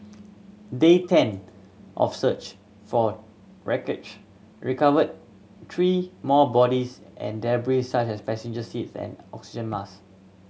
day ten of search for wreckage recovered three more bodies and debris such as passenger seats and oxygen mask